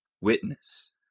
witness